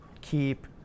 keep